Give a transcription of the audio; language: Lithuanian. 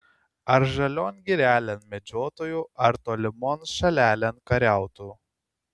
ar žalion girelėn medžiotų ar tolimon šalelėn kariautų